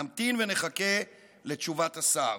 נמתין ונחכה לתשובת השר.